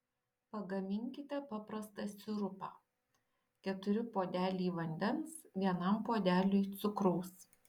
pagaminkite paprastą sirupą keturi puodeliai vandens vienam puodeliui cukraus